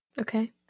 okay